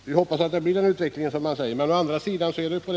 Vi hoppas att vi skall få den utveckling som länsarbetsnämnden tror på.